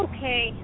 Okay